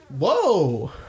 whoa